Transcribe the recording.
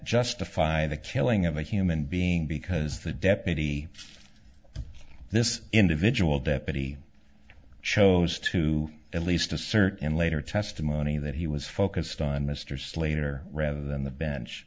justify the killing of a human being because the deputy this individual deputy chose to at least assert in later testimony that he was focused on mr slater rather than the